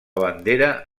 bandera